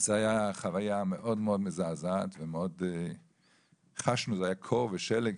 הייתה חוויה מאוד מאוד מזעזעת, זה היה בקור ובשלג.